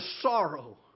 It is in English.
sorrow